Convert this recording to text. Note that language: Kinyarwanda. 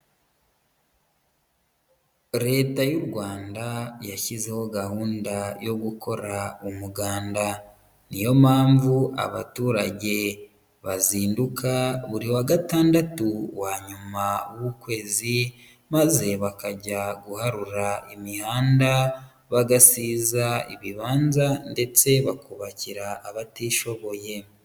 Leta y'u Rwanda, yashyizeho gahunda yo gukora umuganda. Niyo mpamvu abaturage, bazinduka buri wa gatandatu wa nyuma w'ukwezi. Maze bakajya guharura imihanda, bagasiza ibibanza, ndetse bakubakira abatishoboye.